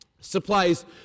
supplies